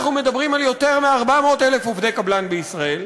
אנחנו מדברים על יותר מ-400,000 עובדי קבלן בישראל,